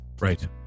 right